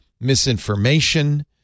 misinformation